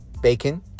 bacon